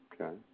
Okay